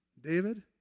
David